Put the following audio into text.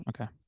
Okay